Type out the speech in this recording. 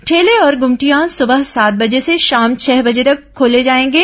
ठेले और ग्रमटियां सुबह सात बजे से शाम छह तक खोले जाएंगे